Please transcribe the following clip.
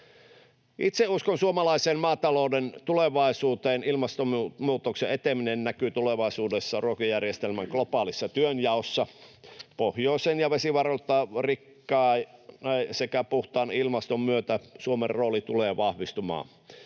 Itse uskon suomalaisen maatalouden tulevaisuuteen. Ilmastonmuutoksen eteneminen näkyy tulevaisuudessa ruokajärjestelmän globaalissa työnjaossa. Pohjoisen ja vesivaroiltaan rikkaan sekä puhtaan ilmaston myötä Suomen rooli tulee vahvistumaan.